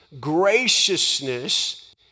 graciousness